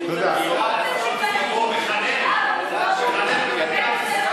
מחנך במדינת ישראל,